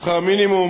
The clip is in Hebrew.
שכר מינימום